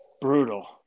brutal